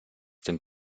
dem